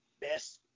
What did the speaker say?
best